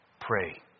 Pray